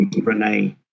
Renee